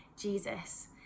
Jesus